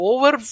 Over